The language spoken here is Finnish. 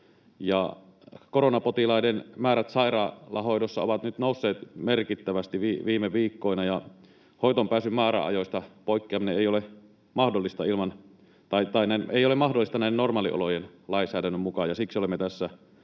Koronapotilaiden määrät sairaalahoidossa ovat nyt nousseet merkittävästi viime viikkoina. Hoitoonpääsyn määräajoista poikkeaminen ei ole mahdollista normaaliolojen lainsäädännön mukaan,